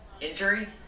injury